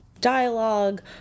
dialogue